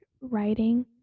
writing